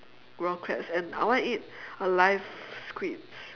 raw crabs and I wanna eat a live squid